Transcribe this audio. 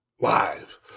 live